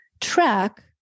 track